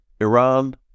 Iran